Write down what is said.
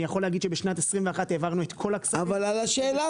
אני יכול להגיד שבשנת 21' העברנו את כל הכספים.